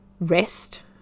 rest